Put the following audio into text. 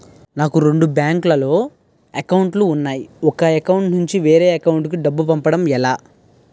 నాకు రెండు బ్యాంక్ లో లో అకౌంట్ లు ఉన్నాయి ఒక అకౌంట్ నుంచి వేరే అకౌంట్ కు డబ్బు పంపడం ఎలా?